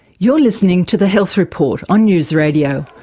you're listening to the health report on news radio.